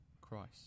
Christ